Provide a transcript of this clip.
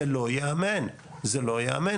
זה לא ייאמן, זה לא ייאמן.